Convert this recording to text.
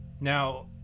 now